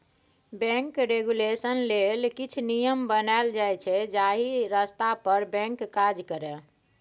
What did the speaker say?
bank regulation लेल किछ नियम बनाएल जाइ छै जाहि रस्ता पर बैंक काज करय